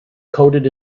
coded